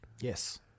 Yes